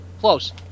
Close